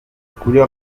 couleur